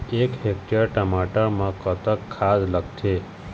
एक हेक्टेयर टमाटर म कतक खाद लागथे?